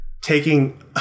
taking